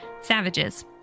savages